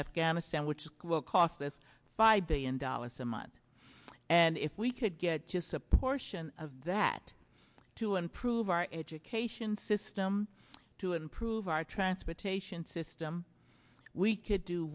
afghanistan which will cost us five billion dollars a month and if we could get just a portion of that to improve our education system to improve our transportation system we could do